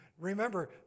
Remember